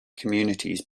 communities